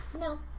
No